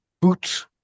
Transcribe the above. Boots